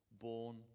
born